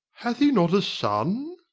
hath he not a son?